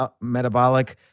metabolic